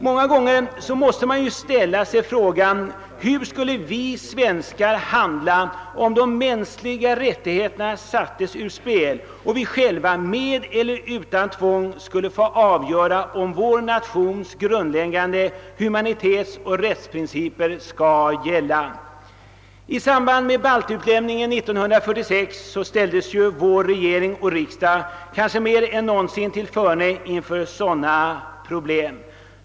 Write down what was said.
Många gånger måste man ställa sig frågan: Hur skulle vi svenskar handla om de mänskliga rättigheterna sattes ur spel och vi själva med eller utan tvång skulle få avgöra, om vår nations grundläggande humanitetsoch rättsprinciper skall gälla? I samband med baltutlämningen 1946 ställdes vår regering och riksdag kanske mer än någonsin tillförne inför sådana problem.